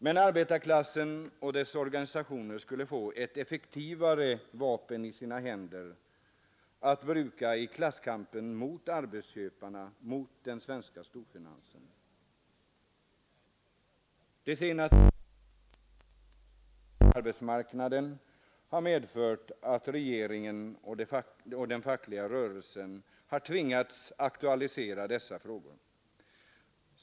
Men arbetarklassen och dess organisationer skulle få ett effektivare vapen i sina händer att bruka i klasskampen mot arbetsköparna och mot den svenska storfinansen. De senaste årens händelser på arbetsmarknaden har medfört att regeringen och den fackliga rörelsen har tvingats aktualisera dessa frågor.